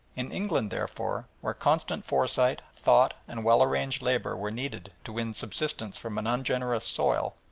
in england, therefore, where constant foresight, thought, and well-arranged labour were needed to win subsistence from an ungenerous soil,